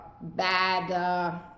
bad